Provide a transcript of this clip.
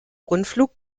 rundflug